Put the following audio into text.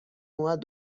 اومد